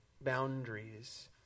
boundaries